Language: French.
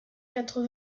quatre